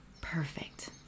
Perfect